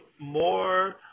more